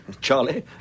Charlie